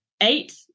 eight